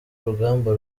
urugamba